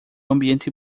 ambiente